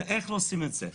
איך עושים את זה?